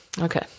Okay